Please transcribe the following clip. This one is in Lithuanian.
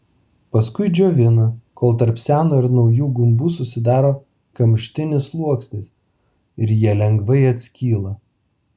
paskui džiovina kol tarp seno ir naujų gumbų susidaro kamštinis sluoksnis ir jie lengvai atskyla